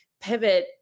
pivot